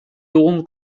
dugun